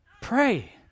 pray